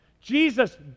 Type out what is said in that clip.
Jesus